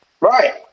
right